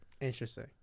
Interesting